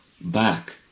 back